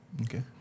Okay